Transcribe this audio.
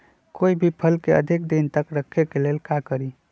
कोई भी फल के अधिक दिन तक रखे के ले ल का करी?